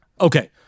Okay